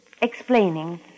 explaining